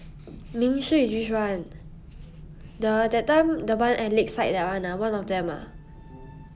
ming shi is which one the that time the one at lakeside that one ah one of them ah